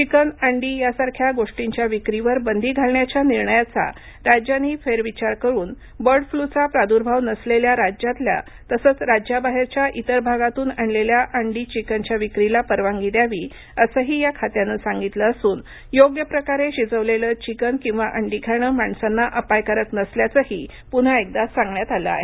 chicken अंडी यासारख्या गोष्टींच्या विक्रीवर बंदी घालण्याच्या निर्णयाचा राज्यांनी फेरविचार करून बर्ड फ्लूचा प्रादूर्भाव नसलेल्या राज्यातल्या तसंच राज्याबाहेरच्या इतर भागातून आणलेल्या अंडी चिकनच्या विक्रीला परवानगी द्यावी असंही या खात्यानं सांगितलं असून योग्य प्रकारे शिजवलेलं चिकन किंवा अंडी खाणं माणसांना अपायकारक नसल्याचंही पुन्हा सांगण्यात आलं आहे